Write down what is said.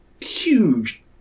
huge